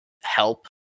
help